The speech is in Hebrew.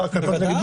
תודה.